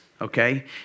Okay